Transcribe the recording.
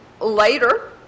later